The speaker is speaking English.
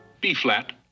B-flat